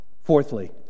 Fourthly